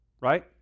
right